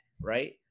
right